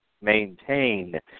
maintain